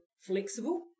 flexible